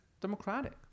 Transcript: democratic